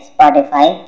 Spotify